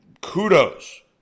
kudos